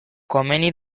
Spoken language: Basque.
komeni